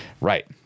Right